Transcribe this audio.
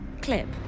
Clip